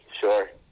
sure